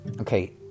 okay